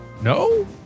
no